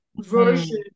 version